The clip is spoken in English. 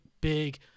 big